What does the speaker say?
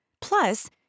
Plus